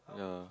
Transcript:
yeah